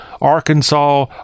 Arkansas